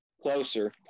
closer